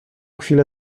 chwilę